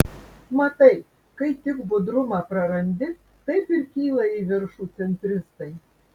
matai kai tik budrumą prarandi taip ir kyla į viršų centristai